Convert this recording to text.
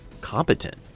competent